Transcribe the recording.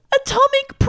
atomic